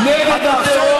נגד הטרור,